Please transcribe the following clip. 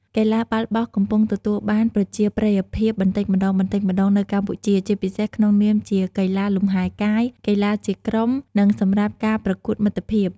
កីឡាបាល់បោះកំពុងទទួលបានប្រជាប្រិយភាពបន្តិចម្តងៗនៅកម្ពុជា ជាពិសេសក្នុងនាមជាកីឡាលំហែកាយ កីឡាជាក្រុម និងសម្រាប់ការប្រកួតមិត្តភាព។